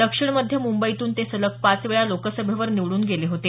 दक्षिण मध्य मुंबईतून ते सलग पाच वेळा लोकसभेवर निवड्रन गेले होते